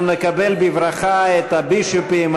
אנחנו נקדם בברכה את הבישופים,